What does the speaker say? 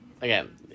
Again